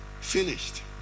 finished